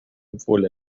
obwohl